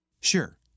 Sure